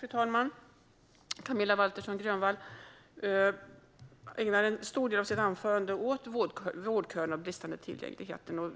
Fru talman! Camilla Waltersson Grönvall ägnar en stor del av sitt anförande åt vårdköerna och den bristande tillgängligheten.